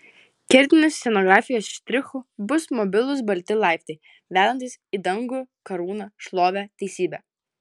kertiniu scenografijos štrichu bus mobilūs balti laiptai vedantys į dangų karūną šlovę teisybę